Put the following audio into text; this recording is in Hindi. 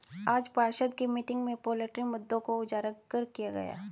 आज पार्षद की मीटिंग में पोल्ट्री मुद्दों को उजागर किया गया